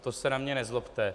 To se na mě nezlobte.